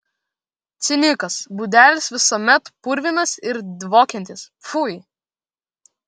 cinikas budelis visuomet purvinas ir dvokiantis pfui